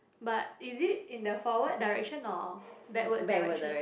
but is it in the forwards direction or backwards direction